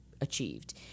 achieved